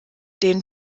den